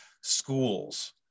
schools